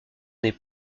des